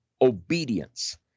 obedience